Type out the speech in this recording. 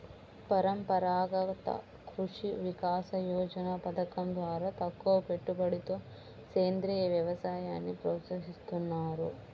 పరంపరాగత కృషి వికాస యోజన పథకం ద్వారా తక్కువపెట్టుబడితో సేంద్రీయ వ్యవసాయాన్ని ప్రోత్సహిస్తున్నారు